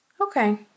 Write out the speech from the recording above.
Okay